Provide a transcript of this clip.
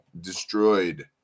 destroyed